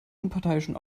unparteiischen